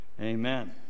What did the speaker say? Amen